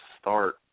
start